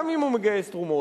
גם אם הוא מגייס תרומות,